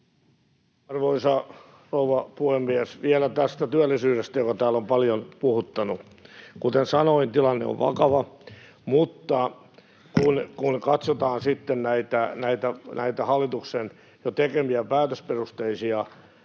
Arvoisa rouva puhemies! Vielä tästä työllisyydestä, joka täällä on paljon puhuttanut: kuten sanoin, tilanne on vakava, mutta kun katsotaan sitten näitä hallituksen jo tekemiä päätösperusteisia